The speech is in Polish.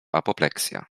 apopleksja